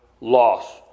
loss